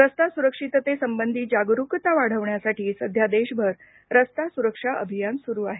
रस्ता सुरक्षितते संबंधी जागरूकता वाढवण्यासाठी सध्या देशभर रस्ता सुरक्षा अभियान सुरू आहे